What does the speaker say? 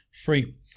free